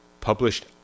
published